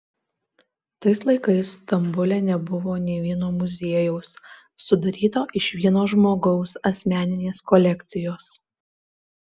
tais laikais stambule nebuvo nė vieno muziejaus sudaryto iš vieno žmogaus asmeninės kolekcijos